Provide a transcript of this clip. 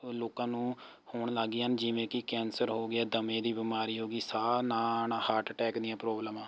ਲੋਕਾਂ ਨੂੰ ਹੋਣ ਲੱਗ ਗਈਆਂ ਹਨ ਜਿਵੇਂ ਕਿ ਕੈਂਸਰ ਹੋ ਗਿਆ ਦਮੇ ਦੀ ਬਿਮਾਰੀ ਹੋ ਗਈ ਸਾਹ ਨਾ ਆਉਣ ਹਾਰਟ ਅਟੈਕ ਦੀਆਂ ਪ੍ਰੋਬਲਮਾਂ